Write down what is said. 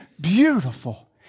beautiful